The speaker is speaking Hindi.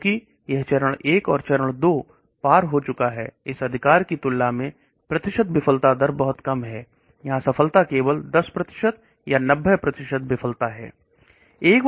क्योंकि यह चरण और चरण दो हार हो चुका है घर की तुलना में सफलता दर बहुत कम है यहां सफलता केवल 10 या 90 विफलता है